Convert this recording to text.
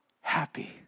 happy